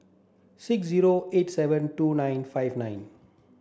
six zero eight seven two nine five nine